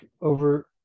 over